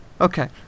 Okay